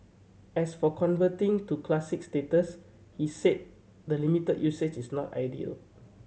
as for converting to Classic status he said the limited usage is not ideal